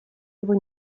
его